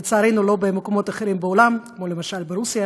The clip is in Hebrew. לצערנו, לא במקומות אחרים בעולם, כמו למשל ברוסיה,